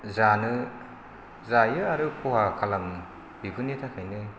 जानो जायो आरो खहा खालामो बेफोरनि थाखायनो